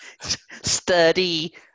sturdy